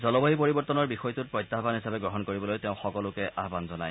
জলবাযু পৰিৱৰ্তনৰ বিষয়টোণ্ড প্ৰত্যাহান হিচাপে গ্ৰহণ কৰিবলৈ তেওঁ সকলোকে আহান জনায়